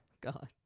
God